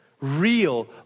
real